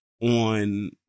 on